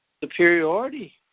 superiority